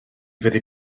fyddi